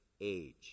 age